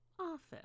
office